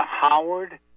Howard